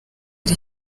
iri